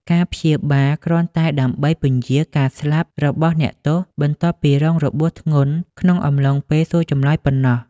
ការព្យាបាលគ្រាន់តែដើម្បីពន្យារការស្លាប់របស់អ្នកទោស បន្ទាប់ពីរងរបួសធ្ងន់ក្នុងអំឡុងពេលសួរចម្លើយប៉ុណ្ណោះ ។